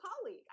colleague